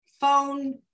phone